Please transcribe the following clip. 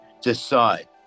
decide